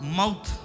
mouth